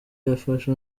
yafashe